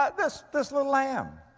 ah this, this little lamb.